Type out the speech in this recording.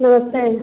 नमस्ते